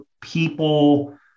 people